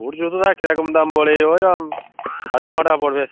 বুট জুতোটা কিরকম দাম পড়ে ওইরম সাড়ে টাকা পড়বে